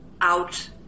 out